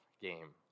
game